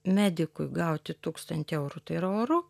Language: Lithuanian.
medikui gauti tūkstantį eurų tai yra oru